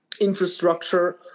infrastructure